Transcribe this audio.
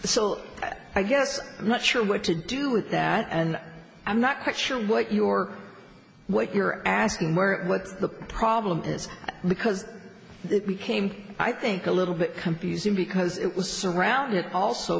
so i guess i'm not sure what to do with that and i'm not quite sure what your what you're asking what's the problem is because it became i think a little bit compiz in because it was surrounded also